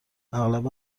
اغلب